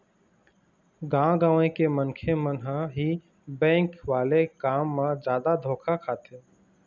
गाँव गंवई के मनखे मन ह ही बेंक वाले काम म जादा धोखा खाथे